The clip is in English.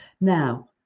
Now